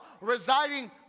residing